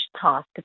task